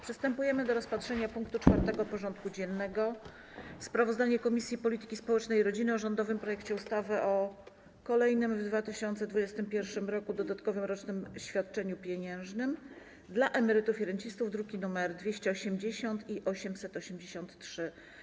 Przystępujemy do rozpatrzenia punktu 4. porządku dziennego: Sprawozdanie Komisji Polityki Społecznej i Rodziny o rządowym projekcie ustawy o kolejnym w 2021 r. dodatkowym rocznym świadczeniu pieniężnym dla emerytów i rencistów (druki nr 280 i 883)